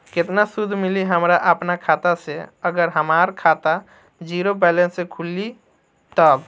केतना सूद मिली हमरा अपना खाता से अगर हमार खाता ज़ीरो बैलेंस से खुली तब?